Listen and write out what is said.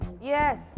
Yes